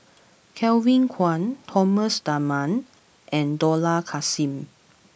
Kevin Kwan Thomas Dunman and Dollah Kassim